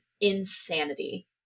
insanity